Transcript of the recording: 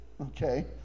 Okay